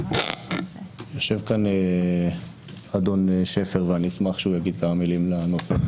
יושב פה אדון שפר ואשמח שיגיד כמה מילים לנוסח.